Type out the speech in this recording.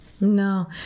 No